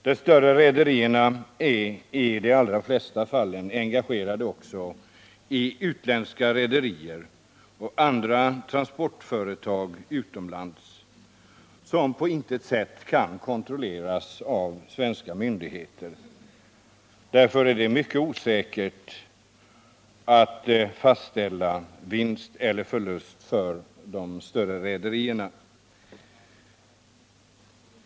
De större rederierna är i de allra flesta fall engagerade också i utländska rederier och andra transportföretag utomlands som på intet sätt kan kontrolleras av svenska myndigheter. Därför måste bedömningar av om de större rederierna går med vinst eller med förlust bli mycket osäkra.